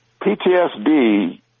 PTSD